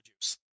juice